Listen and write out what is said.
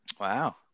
Wow